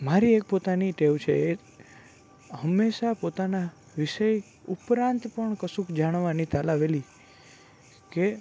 મારી એક પોતાની ટેવ છે એ હંમેશા પોતાના વિષય ઉપરાંત પણ કશુંક જાણવાની તાલાવેલી કે